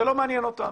זה לא מעניין אותנו.